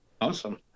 Awesome